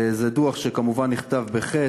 זה דוח שכמובן נכתב בחטא,